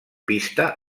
pista